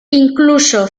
incluso